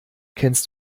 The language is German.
kennst